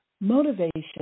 motivation